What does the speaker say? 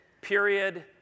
period